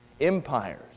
Empires